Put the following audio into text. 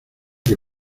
que